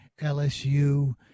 LSU